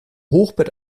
hochbett